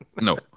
No